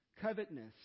covetousness